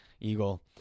Eagle